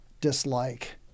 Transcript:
dislike